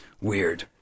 Weird